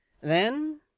Then